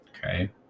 okay